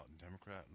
Democrat